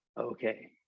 okay